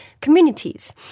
communities